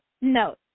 No